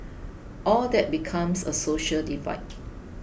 all that becomes a social divide